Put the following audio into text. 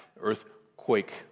Earthquake